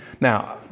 Now